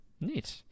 neat